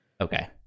Okay